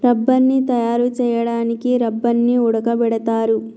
రబ్బర్ని తయారు చేయడానికి రబ్బర్ని ఉడకబెడతారు